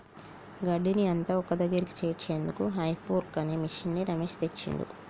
గడ్డిని అంత ఒక్కదగ్గరికి చేర్చేందుకు హే ఫోర్క్ అనే మిషిన్ని రమేష్ తెచ్చిండు